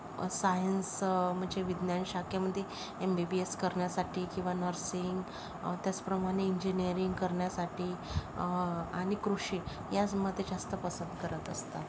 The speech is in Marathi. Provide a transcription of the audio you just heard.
सायन्स म्हणजे विज्ञान शाखेमध्ये एम बी बी एस करण्यासाठी किंवा नर्सिंग त्याचप्रमाणे इंजिनीयरींग करण्यासाठी आणि कृषी याचमध्ये जास्त पसंत करत असतात